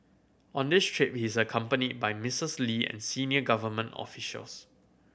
on this trip he is accompanied by Mistress Lee and senior government officials